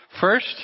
First